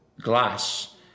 glass